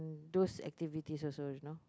those activity also you know